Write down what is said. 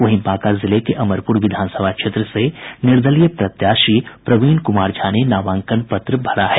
वहीं बांका जिले के अमरपुर विधानसभा क्षेत्र से निर्दलीय प्रत्याशी प्रवीण कुमार झा ने नामांकन पत्र भरा है